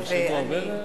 נרשמו הרבה?